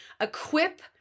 equip